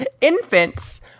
Infants